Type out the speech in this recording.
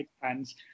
fans